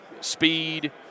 speed